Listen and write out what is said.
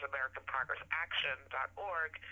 AmericanProgressAction.org